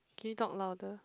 can you talk louder